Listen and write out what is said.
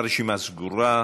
הרשימה סגורה.